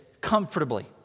comfortably